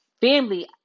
Family